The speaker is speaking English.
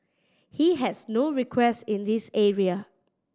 he has no request in this area